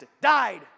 died